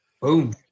boom